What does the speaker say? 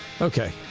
okay